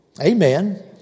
Amen